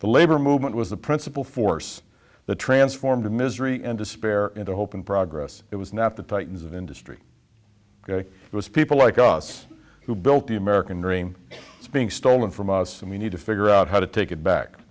the labor movement was the principle force the transformed misery and despair into hope and progress it was not the titans of industry it was people like us who built the american dream is being stolen from us and we need to figure out how to take it back